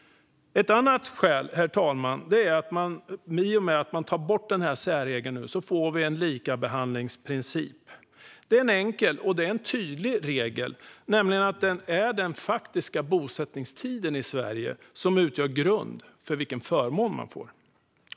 Herr talman! I och med att särregeln tas bort får vi en likabehandlingsprincip. Det är en enkel och tydlig regel, nämligen att det är den faktiska bosättningstiden i Sverige som utgör grund för vilken förmån man får.